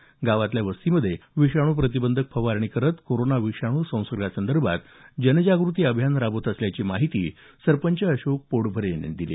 तसंच गावातल्या वस्तीमध्ये विषाणू प्रतिबंधक फवारणी करत कोरोना विषाणू संसर्गासंदर्भात जनजागृती अभियान राबवत असल्याची माहिती सरपंच अशोक पोटभरे यांनी दिली